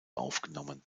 aufgenommen